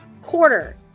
quarter